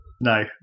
No